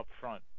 upfront